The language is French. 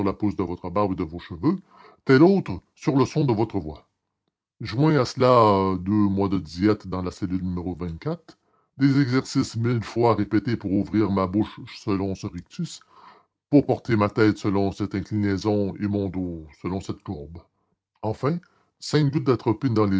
de votre barbe et de vos cheveux tel autre sur le son de votre voix joignez à cela deux mois de diète dans la cellule n des exercices mille fois répétés pour ouvrir ma bouche selon ce rictus pour porter ma tête selon cette inclinaison et mon dos selon cette courbe enfin